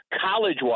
college